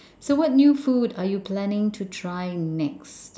so what new food are you planning to try next